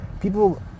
people